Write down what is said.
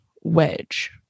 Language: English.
wedge